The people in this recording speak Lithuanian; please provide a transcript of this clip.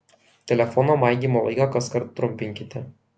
telefono maigymo laiką kaskart trumpinkite